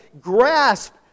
grasp